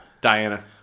Diana